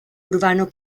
urbano